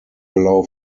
allow